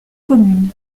commune